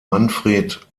manfred